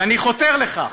ואני חותר לכך,